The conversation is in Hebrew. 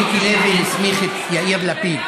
מיקי לוי הסמיך את יאיר לפיד,